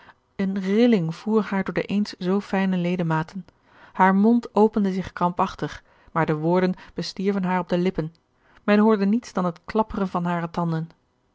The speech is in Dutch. eene rilling voer haar door de eens zoo fijne ledematen haar mond opende zich krampachtig maar de woorden bestierven haar op de lippen men hoorde niets dan het klapperen van hare tanden